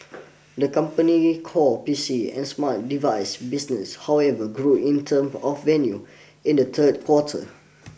the company's core P C and smart device business however grew in term of revenue in the third quarter